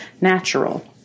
natural